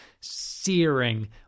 searing